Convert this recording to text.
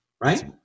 right